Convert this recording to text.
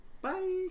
Bye